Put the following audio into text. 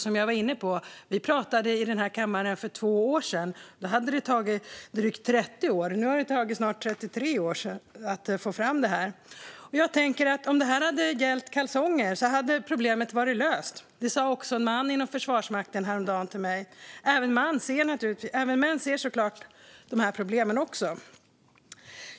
Som jag var inne på pratade vi om det i den här kammaren för två år sedan. Då hade det tagit drygt 30 år att få fram det här. Nu har det snart tagit 33 år. Jag tänker att om det här hade gällt kalsonger hade problemet varit löst. Det sa också en man inom Försvarsmakten till mig häromdagen. Även män ser såklart de här problemen.